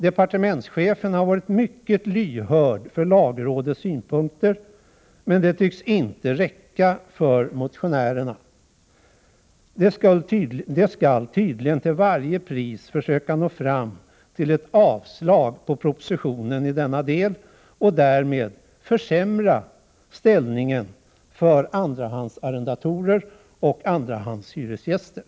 Departementschefen har varit mycket lyhörd för lagrådets synpunkter, men det tycks inte räcka för motionärerna. De skall tydligen till varje pris försöka nå fram till ett avslag på propositionen i denna del och därmed försämra ställningen för andrahandsarrendatorer, andrahandshyresgäster.